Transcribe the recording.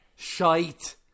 Shite